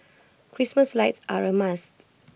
Christmas lights are A must